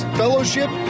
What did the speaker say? fellowship